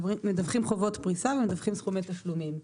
מדווחים חובות פריסה ומדווחים סכומי תשלומים.